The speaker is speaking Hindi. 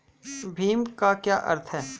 भीम का क्या अर्थ है?